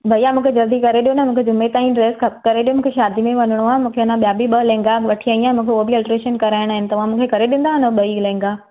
भैया मूंखे जल्दी करे ॾियो न मूंखे जूमे ताईं ड्रैस करे ॾियो शादीअ में वञिणो आहे मूंखे अञा ॿिया बि ॿ लेहंगा वठी आई आहियां मूंखे उहा बि अल्ट्रेशन कराइणा आहिनि तव्हां मूंखे करे ॾींदा न ॿई लेहंगा